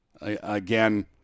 Again